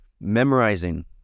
memorizing